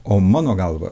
o mano galva